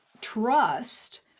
trust